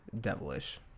devilish